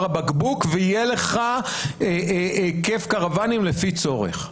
הבקבוק ויהיה לך היקף קרוואנים לפי צורך,